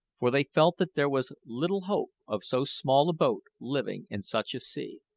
for they felt that there was little hope of so small a boat living in such a sea.